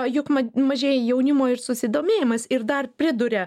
juk ma mažėja jaunimo ir susidomėjimas ir dar priduria